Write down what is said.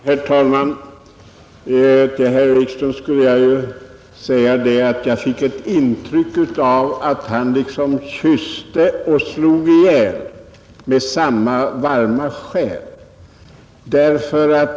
Herr talman! Jag fick ett intryck av att herr Wikström i sitt anförande kysste och slog ihjäl med samma varma själ.